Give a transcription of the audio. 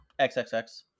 XXX